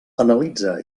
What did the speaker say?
analitza